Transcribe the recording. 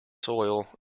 soil